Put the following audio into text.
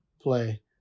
play